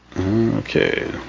Okay